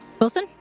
Wilson